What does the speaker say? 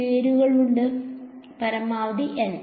വിദ്യാർത്ഥി പരമാവധി N